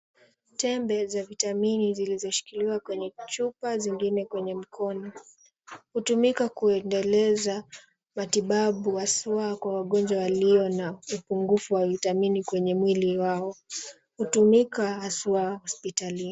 Tembe za vitamini zilizoshikiliwa kwenye chupa zingine kwenye mkono, hutumika kuendeleza matibabau haswa kwa wagonjwa walio na upungufu wa vitamini kwenye mwili wao. Hutumika hasa hospitalini.